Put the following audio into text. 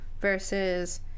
versus